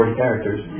characters